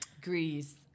Greece